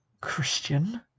Christian